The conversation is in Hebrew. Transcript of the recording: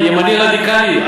ימני רדיקלי.